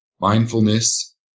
mindfulness